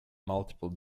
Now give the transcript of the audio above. multiple